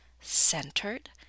centered